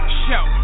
show